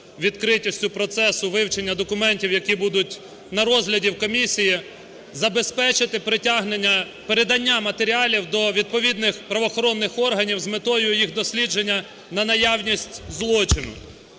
відкритістю процесу вивчення документів, які будуть на розгляді в комісії, забезпечити притягнення… передання матеріалів до відповідних правоохоронних органів з метою їх дослідження на наявність злочину.